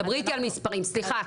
דברי איתי על מספרים, סליחה.